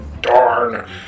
darn